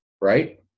right